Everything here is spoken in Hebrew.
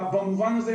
במובן הזה,